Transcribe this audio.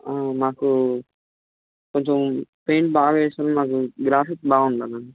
మాకు కొంచెం పెయింట్ బాగా వేసినవి మాకు గ్రాఫిక్స్ బాగుండాలండి